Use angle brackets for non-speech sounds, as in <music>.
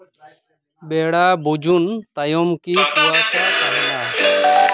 ᱵᱮᱲᱟ ᱵᱩᱡᱩᱱ ᱛᱟᱭᱚᱢ ᱠᱤ <unintelligible> ᱛᱟᱦᱮᱱᱟ